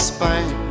Spain